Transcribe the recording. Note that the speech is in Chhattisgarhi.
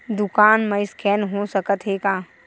दुकान मा स्कैन हो सकत हे का?